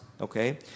okay